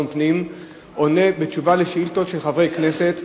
פנים עונה לשאילתות של חברי כנסת,